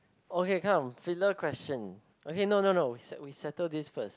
okay come filler question okay no no no we we settle this first